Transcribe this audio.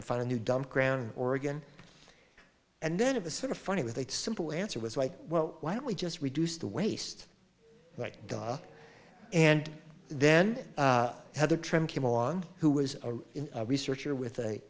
to find a new dump ground oregon and then of the sort of funny with a simple answer was like well why don't we just reduce the waste like da and then another train came along who was a researcher with a